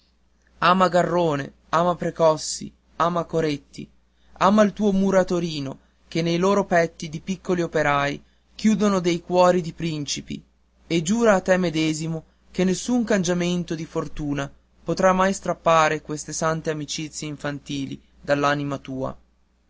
ama garrone ama precossi ama coretti ama il tuo muratorino che nei loro petti di piccoli operai chiudono dei cuori di principi e giura a te medesimo che nessun cangiamento di fortuna potrà mai strappare queste sante amicizie infantili dall'anima tua